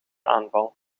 aanval